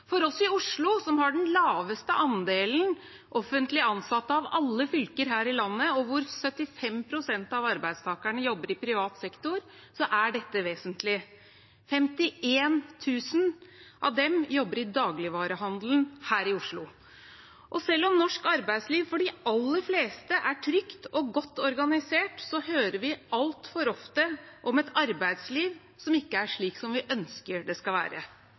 For oss i Oslo, som har den laveste andelen offentlig ansatte av alle fylker her i landet, og hvor 75 pst. av arbeidstakerne jobber i privat sektor, er dette vesentlig. 51 000 av dem jobber i dagligvarehandelen her i Oslo. Og selv om norsk arbeidsliv for de aller fleste er trygt og godt organisert, hører vi altfor ofte om et arbeidsliv som ikke er slik som vi ønsker at det skal være.